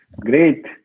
Great